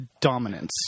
dominance